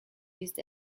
used